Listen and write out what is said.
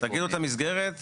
לא לא, תגדירו את המסגרת עכשיו.